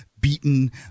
beaten